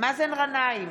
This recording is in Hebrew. מאזן גנאים,